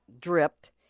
dripped